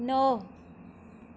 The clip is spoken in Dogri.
नौ